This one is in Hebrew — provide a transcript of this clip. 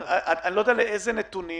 אני לא יודע לאיזה נתונים